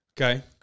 Okay